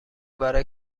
برای